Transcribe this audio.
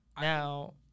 Now